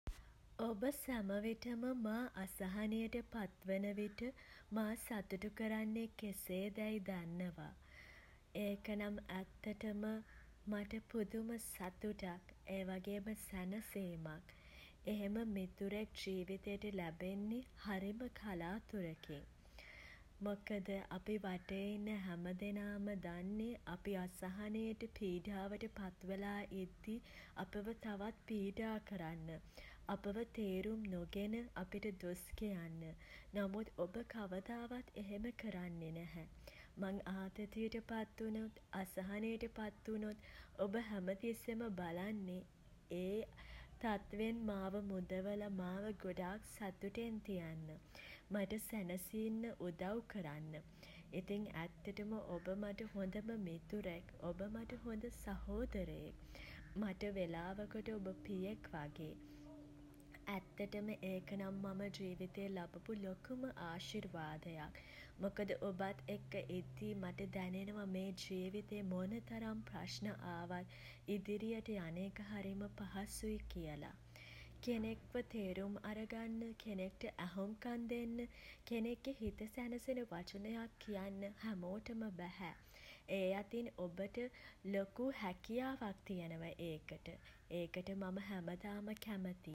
ඔබ සැම විටම මා අසහනයට පත්වන විට මා සතුටු කරන්නේ කෙසේ දැයි දන්නවා. ඒක නම් ඇත්තටම මට පුදුම සතුටක්. ඒ වගේම සැනසීමක්. එහෙම මිතුරෙක් ජීවිතයට ලැබෙන්නේ හරිම කලාතුරකින්. මොකද අපි වටේ ඉන්න හැම දෙනාම දන්නෙ අපි අසහනයට පීඩාවට පත් වෙලා ඉද්දි අපව තවත් පීඩා කරන්න. අපව තේරුම් නොගෙන අපිට දොස් කියන්න. නමුත් ඔබ කවදාවත් එහෙම කරන්නේ නැහැ. මං ආතතියට පත් වුණොත් අසහනයට පත් වුණොත් ඔබ හැමතිස්සෙම බලන්නෙ ඒ තත්වෙන් මාව මුදවල මාව ගොඩක් සතුටින් තියන්න. මට සැනසෙන්න උදව් කරන්න. ඉතින් ඇත්තටම ඔබ මට හොඳම මිතුරෙක්. ඔබ මට හොඳ සහෝදරයෙක්. මට වෙලාවකට ඔබ පියෙක් වගේ ඇත්තටම ඒක නම් මම ජීවිතයේ ලබපු ලොකුම ආශිර්වාදයක්. මොකද ඔබත් එක්ක එද්දි මට දැනෙනවා මේ ජීවිතේ මොන තරම් ප්‍රශ්න ආවත් ඉදිරියට යන හරිම පහසුයි කියල. කෙනෙක්ව තේරුම් අරගන්න කෙනෙක්ට ඇහුම්කන් දෙන්න කෙනෙක්ගේ හිත සැනසෙන වචනයක් කියන්න හැමෝටම බැහැ. ඒ අතින් ඔබට ලොකු හැකියාවක් තියෙනවා ඒකට. ඒකට මම හැමදාම කැමතියි.